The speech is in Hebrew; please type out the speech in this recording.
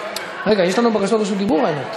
רגע, יש לנו בקשות רשות דיבור, האמת.